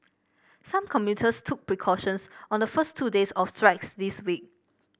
some commuters took precautions on the first two days of strikes this week